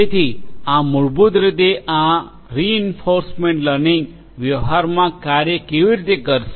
તેથી આ મૂળભૂત રીતે આ રિઇન્ફોર્સમેન્ટ લર્નિંગ વ્યવહારમાં કાર્ય કેવી રીતે કરશે